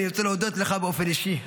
אני רוצה להודות לך באופן אישי,